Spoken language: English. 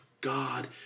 God